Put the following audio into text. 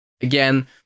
again